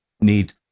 need